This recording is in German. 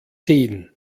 sehen